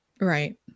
Right